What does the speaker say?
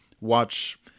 watch